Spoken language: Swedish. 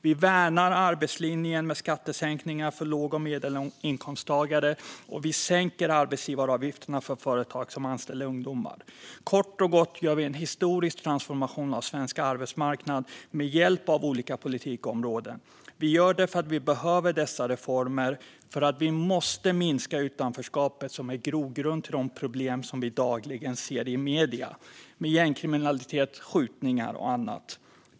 Vi värnar arbetslinjen med skattesänkningar för låg och medelinkomsttagare, och vi sänker arbetsgivaravgifterna för företag som anställer ungdomar. Kort och gott gör vi en historisk transformation av svensk arbetsmarknad med hjälp av olika politikområden. Vi gör det för att vi behöver dessa reformer. Vi måste minska utanförskapet som är grogrund för de problem som vi dagligen ser i medierna med gängkriminalitet, skjutningar och annat.